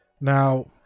Now